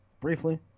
briefly